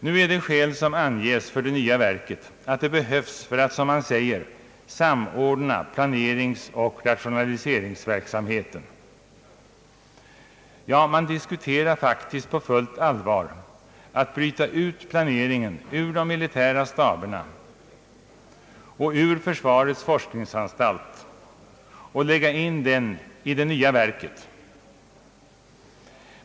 Nu är det skäl som anges för det nya verket att det behövs för att som man säger samordna planeringsoch rationaliseringsverksamheten, ja, man diskuterar faktiskt på fullt allvar att bryta ut planeringen ur de militära staberna och ur försvarets forskningsanstalt och av försvarets rationaliseringsverksamhet lägga in den i det nya verket.